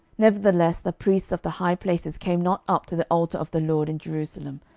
nevertheless the priests of the high places came not up to the altar of the lord in jerusalem,